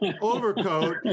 overcoat